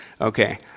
okay